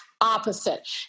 opposite